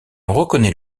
reconnait